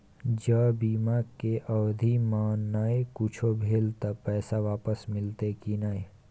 ज बीमा के अवधि म नय कुछो भेल त पैसा वापस मिलते की नय?